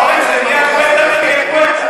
אורן, זה נהיה גואטה נגד גואטה.